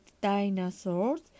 dinosaurs